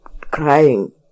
crying